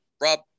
Rob